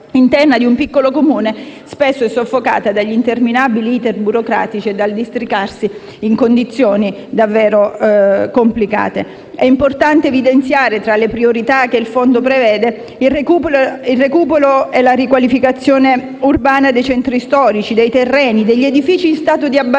interna di un piccolo Comune spesso è soffocata dagli interminabili *iter* burocratici e dal doversi districare in condizioni davvero complicate. È importante evidenziare, tra le priorità che il fondo prevede, anche il recupero e la riqualificazione urbana dei centri storici, dei terreni, degli edifici in stato di abbandono.